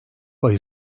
ayı